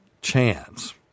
chance